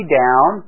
down